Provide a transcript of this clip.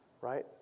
right